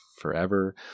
Forever